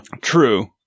True